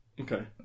Okay